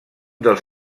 dels